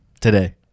today